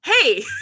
Hey